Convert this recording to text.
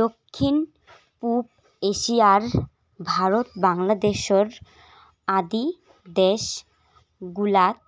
দক্ষিণ পুব এশিয়ার ভারত, বাংলাদ্যাশ আদি দ্যাশ গুলাত